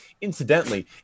Incidentally